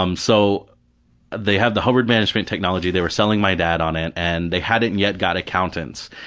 um so they have the hubbard management technology, they were selling my dad on it, and they hadn't yet got accountants,